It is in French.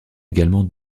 également